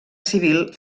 civil